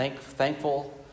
thankful